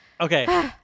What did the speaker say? Okay